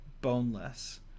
boneless